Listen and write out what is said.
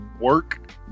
work